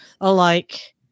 alike